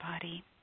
body